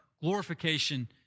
glorification